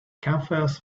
campfires